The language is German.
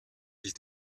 sich